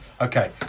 Okay